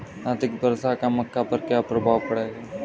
अधिक वर्षा का मक्का पर क्या प्रभाव पड़ेगा?